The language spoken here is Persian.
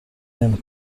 نمی